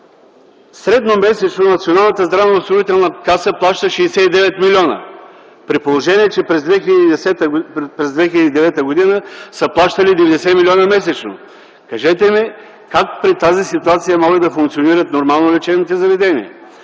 здравноосигурителна каса плаща 69 млн. лв. при положение, че през 2009 г. са плащали 90 милиона месечно. Кажете ми как при тази ситуация могат да функционират нормално лечебните заведения?